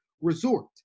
Resort